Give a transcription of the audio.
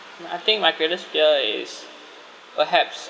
my I think my greatest fear is perhaps